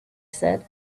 said